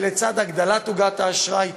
לצד הגדלת עוגת האשראי,